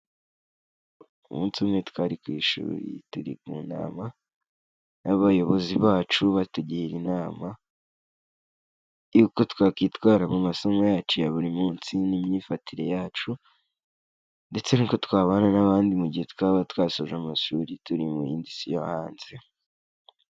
Umunsi umwe twari ku ishuri turi mu nama n'abayobozi bacu batugira inama yuko twakwitwara mu masomo yacu ya buri munsi n'imyifatire yacu. Ndetse n'uko twabana n'abandi mu gihe twaba twasoje amashuri, turi mu yindi si yo hanze.